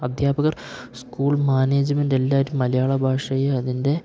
അധ്യാപകർ school management എല്ലാവരും മലയാള ഭാഷയെ അതിൻ്റെ